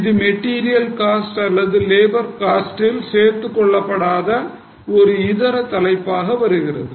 இது material cost அல்லது labour காஸ்ட்ல் சேர்த்துக் கொள்ளப்படாத ஒரு இதர தலைப்பாக வருகிறது